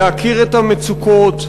להכיר את המצוקות,